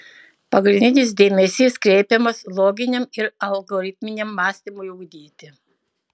pagrindinis dėmesys kreipiamas loginiam ir algoritminiam mąstymui ugdyti